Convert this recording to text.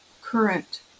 current